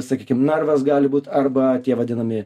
sakykim narvas gali būt arba tie vadinami